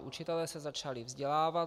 Učitelé se začali vzdělávat.